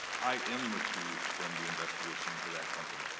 i am recused from the investigation into that company.